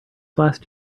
last